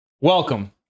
welcome